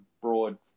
broad